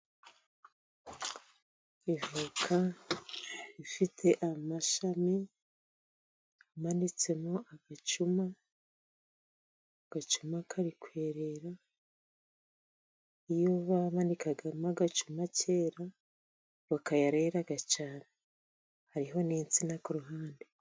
Avoka ifite amashami imanitsemo agacuma Kari kwererera, iyo bamanikagamo agacuma kera voka yareraga cyane, hariho n'insina ku ruhande.